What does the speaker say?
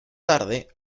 tarde